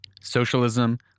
Socialism